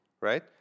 right